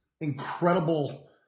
incredible